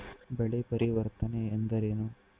ಬೆಳೆ ಪರಿವರ್ತನೆ ಎಂದರೇನು?